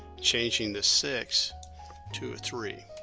changing the six to a three